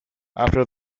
after